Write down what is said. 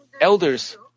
elders